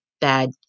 bad